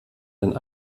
den